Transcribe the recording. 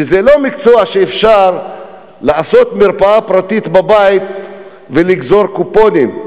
שזה לא מקצוע שאפשר לעשות בו מרפאה פרטית בבית ולגזור קופונים.